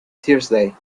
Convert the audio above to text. thursday